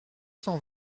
cent